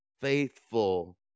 faithful